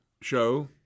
show